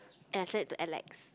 and I send it to Alex